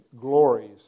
glories